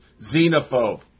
xenophobe